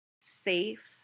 safe